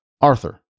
Arthur